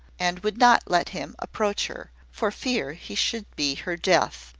and would not let him approach her, for fear he should be her death.